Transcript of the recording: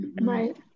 Right